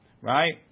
Right